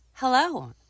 Hello